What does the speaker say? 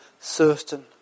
certain